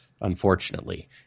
unfortunately